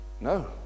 No